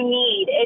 need